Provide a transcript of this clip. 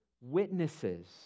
Witnesses